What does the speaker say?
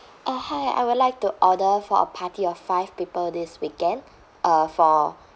uh hi I would like to order for a party of five people this weekend uh for